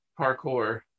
parkour